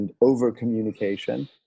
over-communication